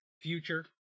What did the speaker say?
future